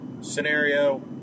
scenario